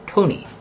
Tony